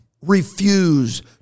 Refuse